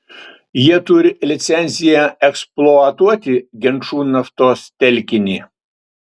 jie turi licenciją eksploatuoti genčų naftos telkinį